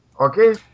Okay